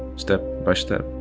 step by step.